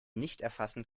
nichterfassen